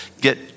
get